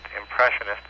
impressionist